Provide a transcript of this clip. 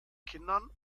kindern